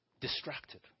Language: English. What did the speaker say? Distracted